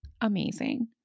Amazing